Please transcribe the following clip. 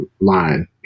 line